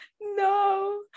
No